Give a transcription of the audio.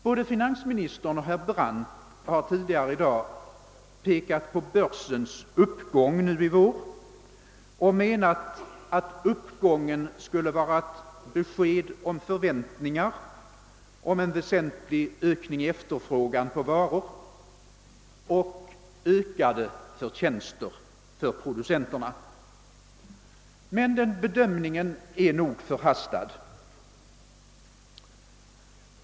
Både finansministern och herr Brandt har tidigare i dag framhållit att aktierna i börsnoterade företag gått upp nu i vår och de har ansett att uppgången skulle vara ett tecken på förväntningar dels om en väsentlig ökning av efterfrågan på varor, dels om ökade förtjänster för producenterna. Men en sådan bedömning är nog förhastad.